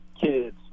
kids